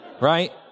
right